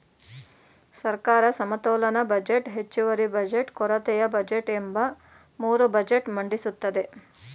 ಸರ್ಕಾರ ಸಮತೋಲನ ಬಜೆಟ್, ಹೆಚ್ಚುವರಿ ಬಜೆಟ್, ಕೊರತೆಯ ಬಜೆಟ್ ಎಂಬ ಮೂರು ಬಜೆಟ್ ಮಂಡಿಸುತ್ತದೆ